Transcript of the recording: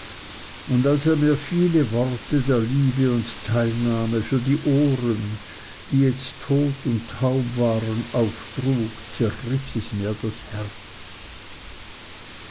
und als er mir viele worte der liebe und teilnahme für die ohren die jetzt tot und taub waren auftrug zerriß es mir das herz